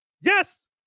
Yes